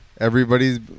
everybody's